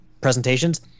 presentations